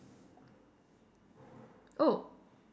oh